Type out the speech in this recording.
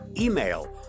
email